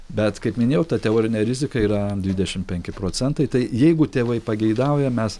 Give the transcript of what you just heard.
bet kaip minėjau ta teorinė rizika yra dvidešimt penki procentai tai jeigu tėvai pageidauja mes